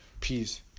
peace